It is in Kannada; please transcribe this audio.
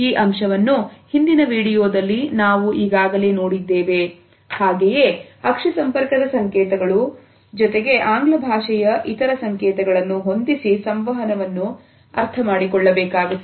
ಈ ಅಂಶವನ್ನು ಹಿಂದಿನ ವಿಡಿಯೋದಲ್ಲಿ ನಾವು ಈಗಾಗಲೇ ನೋಡಿದ್ದೇವೆ ಹಾಗೆಯೇ ಪಕ್ಷಿ ಸಂಪರ್ಕದ ಸಂಕೇತಗಳು ಒಂದಿಗೆ ಆಂಗ್ಲಭಾಷೆಯ ಇತರ ಸಂಕೇತಗಳನ್ನು ಹೊಂದಿಸಿ ಸಂವಹನವನ್ನು ಅರ್ಥಮಾಡಿಕೊಳ್ಳಬೇಕಾಗುತ್ತದೆ